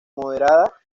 maderera